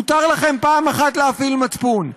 מותר לכם פעם אחת להפעיל מצפון.